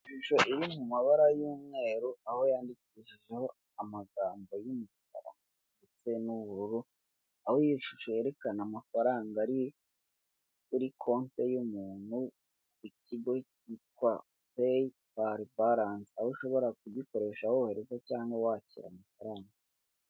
Ishusho iri mu mabara y'umweru aho yandikishijeho amagambo y'umukara ndetse n'ubururu aho iyo shusho yerekana amafaranga ari kuri konte y'umuntu, ikigo cyitwa peyipari parance aho ushobora kugikoresha wohereza cyangwa wakira amafaranga.